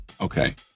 Okay